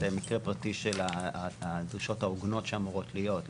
מקרה פרטי של הדרישות ההוגנות שאמורות להיות,